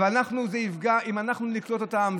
אם אנחנו נקלוט אותם,